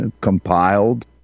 compiled